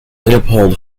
leopold